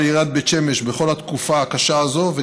לעיריית בית שמש בכל התקופה הקשה הזאת,